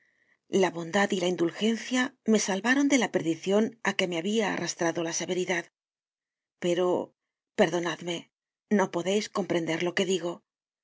la bondad y la indulgencia me salvaron de la perdicion á que me habia arrastrado la severidad pero perdonadme no podeis comprender lo que digo